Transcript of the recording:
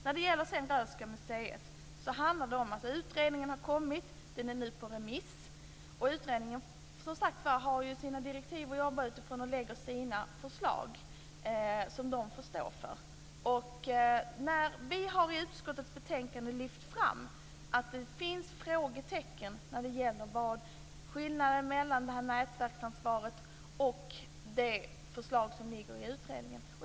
När det gäller Röhsska museet har utredningens förslag kommit. Det är nu på remiss. Utredningen har, som sagt, sina direktiv att jobba utifrån och lägger fram förslag som den får stå för. Vi har i utskottets betänkande lyft fram att det finns frågetecken när det gäller skillnaden mellan det här nätverksansvaret och det förslag som finns i utredningen.